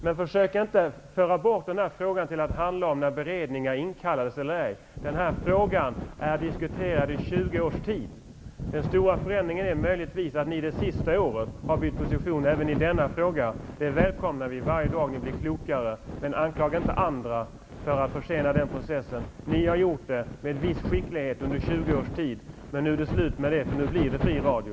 Men, Åke Gustavsson, försök inte att få frågan att handla om när beredningar inkallades eller ej! Den här frågan har diskuterats under 20 års tid. Möjligtvis är det en stor förändring att ni under det senaste året har bytt position även i denna fråga. Vi välkomnar varje dag ni blir klokare. Men anklaga inte andra för att försena processen! Ni har gjort det, med viss skicklighet, under 20 års tid. Men nu är det slut på det, för nu blir det fri radio.